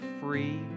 free